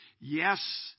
yes